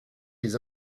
les